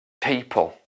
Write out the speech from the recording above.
people